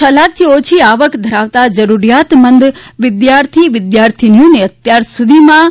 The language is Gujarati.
ડ લાખથી ઓછી આવક ધરાવતા જરૂરિયાતમંદ વિદ્યાર્થી વિદ્યાર્થીનીઓને અત્યાર સુધીમાં કુલ રૂ